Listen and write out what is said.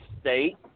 state